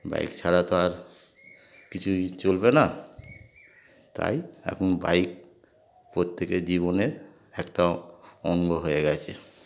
bike ছাড়া তো আর কিছুই চলবে না তাই এখন বাইক প্রত্যেকের জীবনের একটা অঙ্গ হয়ে গেছে